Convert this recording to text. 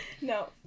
no